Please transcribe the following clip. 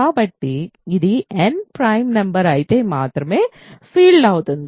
కాబట్టి ఇది n prime number అయితే మాత్రమే ఫీల్డ్ అవుతుంది